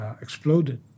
exploded